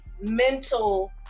mental